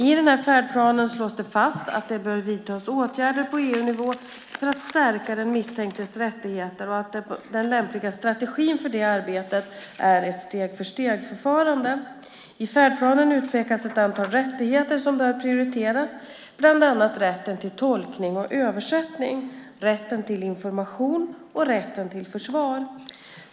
I färdplanen slås det fast att det bör vidtas åtgärder på EU-nivå för att stärka den misstänktes rättigheter och att den lämpliga strategin för det arbetet är ett steg-för-steg-förfarande. I färdplanen utpekas ett antal rättigheter som bör prioriteras, bland annat rätten till tolkning och översättning, rätten till information och rätten till försvar.